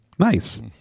Nice